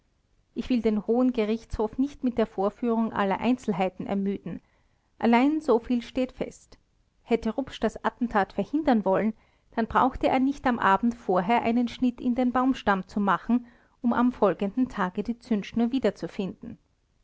ich will den hohen gerichtshof nicht mit der vorführung aller einzelheiten ermüden allein soviel steht fest hätte rupsch das attentat verhindern wollen dann brauchte er nicht am abend vorher einen schnitt in den baumstamm zu machen um am folgenden tage die zündschnur wiederzufinden